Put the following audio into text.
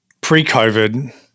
pre-COVID